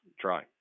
try